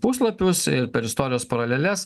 puslapius per istorijos paraleles